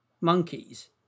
monkeys